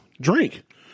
drink